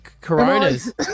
coronas